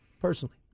personally